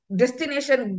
destination